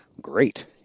Great